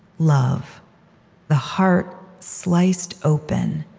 love the heart sliced open,